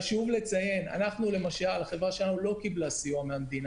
חשוב לציין, החברה שלנו לא קיבלה סיוע מהמדינה.